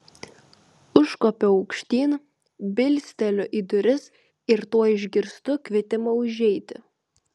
užkopiu aukštyn bilsteliu į duris ir tuoj išgirstu kvietimą užeiti